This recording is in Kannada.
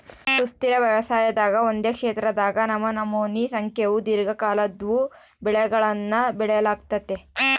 ಸುಸ್ಥಿರ ವ್ಯವಸಾಯದಾಗ ಒಂದೇ ಕ್ಷೇತ್ರದಾಗ ನಮನಮೋನಿ ಸಂಖ್ಯೇವು ದೀರ್ಘಕಾಲದ್ವು ಬೆಳೆಗುಳ್ನ ಬೆಳಿಲಾಗ್ತತೆ